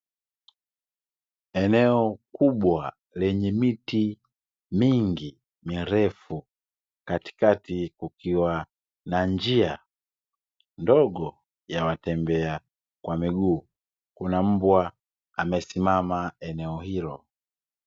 Eneo kubwa lenye miti mingi mirefu katikati kukiwa na njia ndogo ya watembea kwa miguu kuna mbwa amesimama.